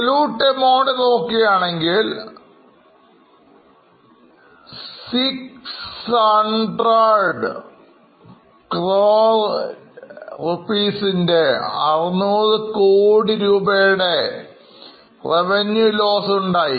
Absolute amount നോക്കുകയാണെങ്കിൽ 600 core രൂപയുടെ Revenue loss ഉണ്ടായി